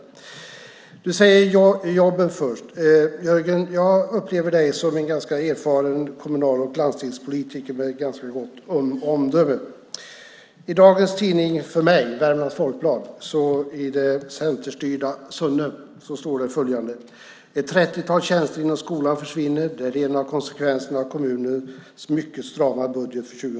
Jörgen säger jobben först. Jag upplever dig, Jörgen, som en erfaren kommun och landstingspolitiker med gott omdöme. I dagens Värmlands Folkblad står följande för det centerstyrda Sunne: "Ett 30-tal tjänster inom skolan försvinner. Det är en av konsekvenserna av kommunens mycket strama budgetläge för 2010."